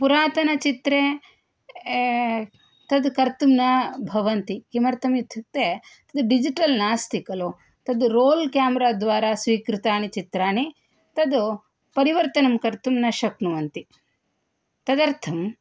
पुुरातनचित्रे तत् कर्तुं न भवन्ति किमर्थम् इत्युक्ते तत् डिजिटल् नास्ति खलु तत् रोल् केमेरा द्वारा स्वीकृतानि चित्राणि तत् परिवर्तनं कर्तुं न शक्नुवन्ति तदर्थं